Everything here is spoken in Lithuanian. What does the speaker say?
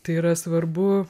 tai yra svarbu